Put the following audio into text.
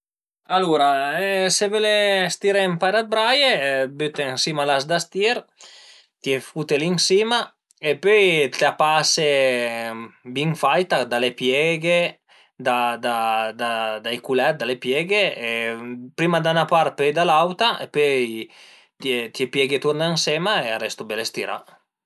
Alura se völe stiré ën paira d'braie büte ën sima l'as da stir, t'ie fute li ën sima e pöi t'la pase bin faita da le pieghe, da da da i culèt, da le pieghe e prima da 'na part, pöi da l'auta, pöi t'ie pieghe turna ënsema e a restu bele stirà